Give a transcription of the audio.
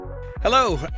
Hello